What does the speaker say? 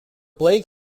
blake